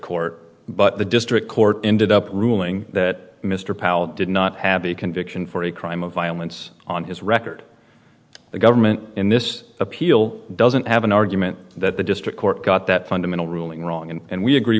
court but the district court ended up ruling that mr powell did not have a conviction for a crime of violence on his record the government in this appeal doesn't have an argument that the district court got that fundamental ruling wrong and we agree